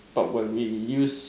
but when we use